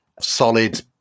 solid